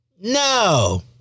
no